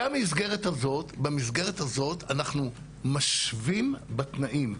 במסגרת הזאת אנחנו משווים בתנאים.